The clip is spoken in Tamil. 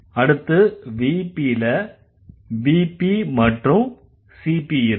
அடுத்து VP ல VP மற்றும் CP இருக்கும்